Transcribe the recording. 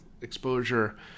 exposure